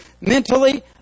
mentally